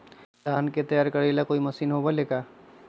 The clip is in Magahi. धान के तैयार करेला कोई मशीन होबेला का?